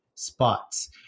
Spots